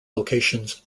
locations